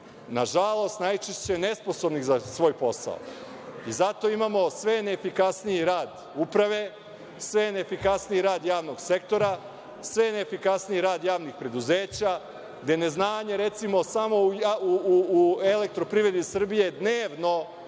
nažalost, najčešće nesposobnih za svoj posao i zato imamo sve neefikasniji rad uprave, sve neefikasniji rad javnog sektora, sve neefikasniji rad javnih preduzeća, gde neznanje, recimo, samo u „Elektroprivredi Srbije“ dnevno